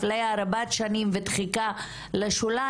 אפליה רבת שנים ודחיקה לשוליים,